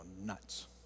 nuts